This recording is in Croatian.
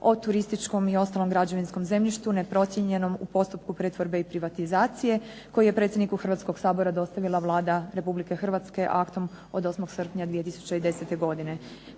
o turističkom i ostalom građevinskom zemljištu neprocijenjenom u postupku pretvorbe i privatizacije koji je predsjedniku Hrvatskoga sabora dostavila Vlada Republike Hrvatske aktom od 8. srpnja 2010. godine.